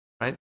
right